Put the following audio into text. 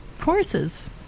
Horses